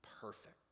perfect